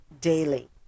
daily